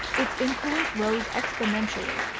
its influence rose exponentially.